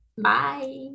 bye